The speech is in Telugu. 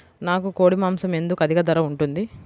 నాకు కోడి మాసం ఎందుకు అధిక ధర ఉంటుంది?